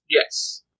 Yes